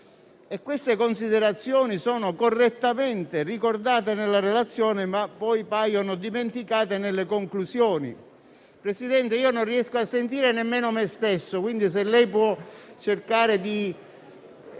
Queste considerazioni sono correttamente ricordate nella relazione, ma poi paiono dimenticate nelle conclusioni. *(Brusio).* Signor Presidente, non riesco a sentire nemmeno me stesso, quindi se lei potesse cercare di...